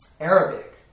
Arabic